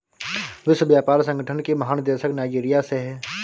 विश्व व्यापार संगठन की महानिदेशक नाइजीरिया से है